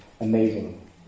Amazing